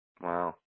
Wow